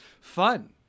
fun